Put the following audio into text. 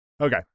Okay